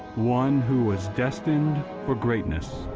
one who was destined for greatness,